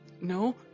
No